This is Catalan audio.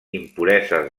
impureses